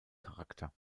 charakter